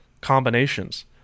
combinations